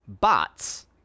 bots